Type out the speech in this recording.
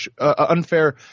unfair